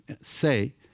say